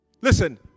Listen